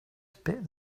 spit